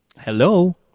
Hello